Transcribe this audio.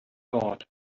thought